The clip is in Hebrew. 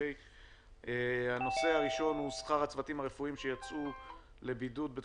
נושא אחד הוא אישור בדבר העמדת ערבות